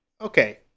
okay